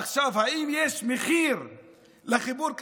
האם יש מחיר לחיבור כזה?